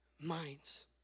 minds